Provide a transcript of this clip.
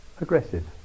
aggressive